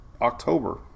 October